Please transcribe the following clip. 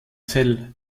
zell